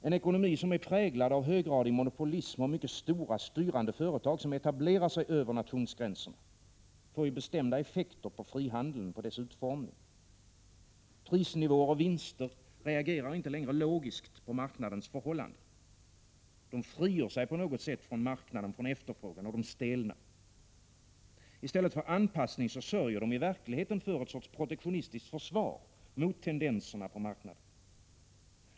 En ekonomi som är präglad av höggradig monopolism, och mycket stora, styrande företag, som etablerar sig över nationsgränserna, får bestämda effekter på frihandeln och dess utformning. Prisnivåer och vinster reagerar inte längre logiskt på marknadens förhållanden. De frigör sig på något sätt från marknaden, från efterfrågan, och de stelnar. I stället för anpassning sörjer de i verkligheten för en sorts protektionistiskt försvar mot tendenserna på marknaden.